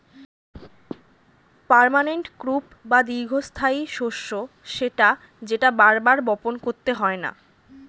permanent crop বা দীর্ঘস্থায়ী শস্য সেটা যেটা বার বার বপণ করতে হয়না